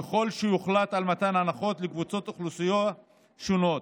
ככל שיוחלט על מתן הנחות לקבוצות אוכלוסייה שונות,